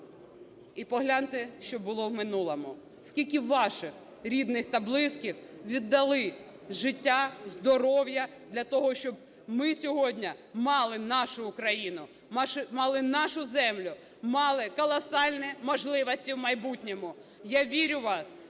і погляньте, що було в минулому, скільки ваших рідних та близьких віддали життя, здоров'я для того, щоб ми сьогодні мали нашу Україну, мали нашу землю, мали колосальні можливості в майбутньому. Я вірю в вас,